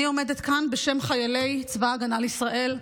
אני עומדת כאן בשם חיילי צבא ההגנה לישראל,